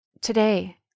Today